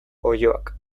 oiloak